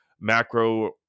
macro